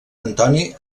antoni